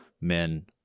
men